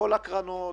כל הקרנות,